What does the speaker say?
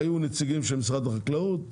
היו נציגים של משרד החקלאות,